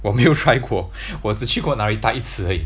我没有 try 过我只去过 Narita 一次而已